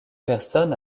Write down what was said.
personne